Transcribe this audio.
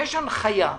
יש הנחיה.